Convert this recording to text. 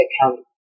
County